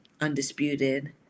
undisputed